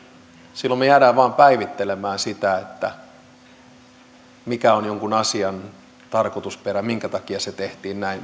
silloin me jäämme vain päivittelemään sitä mikä on jonkun asian tarkoitusperä minkä takia se tehtiin näin